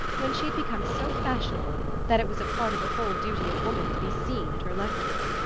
when she had become so fashionable that it was a part of the whole duty of woman to be seen at her lectures.